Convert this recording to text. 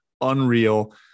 unreal